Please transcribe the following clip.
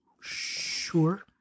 Sure